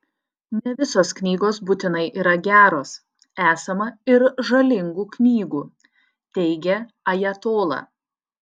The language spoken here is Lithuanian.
ne visos knygos būtinai yra geros esama ir žalingų knygų teigė ajatola